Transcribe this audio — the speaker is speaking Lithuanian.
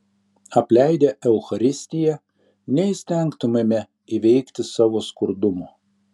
apleidę eucharistiją neįstengtumėme įveikti savo skurdumo